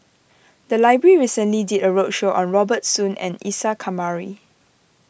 the library recently did a roadshow on Robert Soon and Isa Kamari